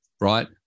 right